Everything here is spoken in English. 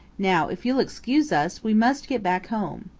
now if you'll excuse us we must get back home.